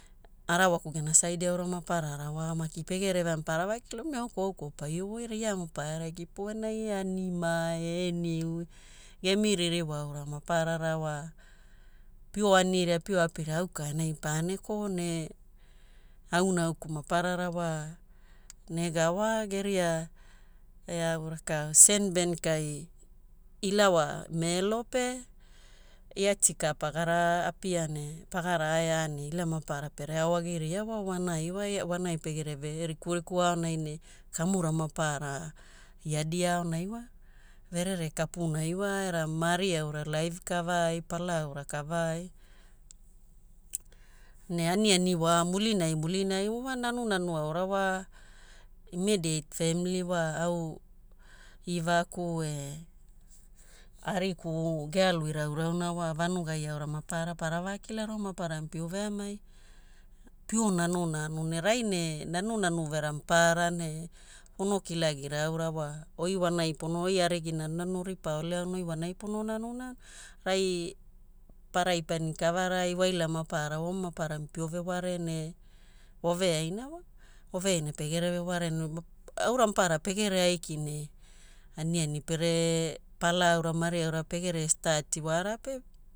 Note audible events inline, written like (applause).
Arawaku gena saidi aura maparara wa maki pegere veamai, para voa kilara, omi au kaura au kaua paio wairia. Ia maparara kip enai eani mae e eniu, gemi ririwa aura maparara wa pio anira pio apira, au ka enai paene koo. Ne au kauku maparara wa, nega wa geria (hesitation) Senbank ai, ila wa melo pe ia tikaka pagara gapia ne pagara aea ne ila maparara pere ao agiria wa wonai. Wonai pegereve rikuriku aoani ne kamura maparara iadi aunai wa, verere kapunai wa. Era mari aura laif kavaai pala aura kavaai ne aniani wa mulinai mulina wa, naunau aura wa imidiait femili wa au ivaku e ariku gealu irau irauna wa vanuai aura mapaara para vaa kilara, omi maparami pio veamai, pio nanunanu. Rai ne naunau uvera mapaara ne pono kilagira aura wa goi wanai, oi arigi nanunanu oripaao ole oi wanai pono nanu na rai parai pani kavarai waila mapaara omi maparaai pio vearene waveaina wa. Wave aina pegere aiki ne aura ne aniani pere, pala aura, mari aura pegere stati wara pe